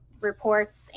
reports